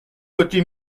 côté